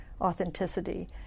authenticity